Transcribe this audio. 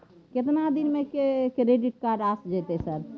केतना दिन में क्रेडिट कार्ड आ जेतै सर?